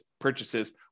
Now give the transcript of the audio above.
purchases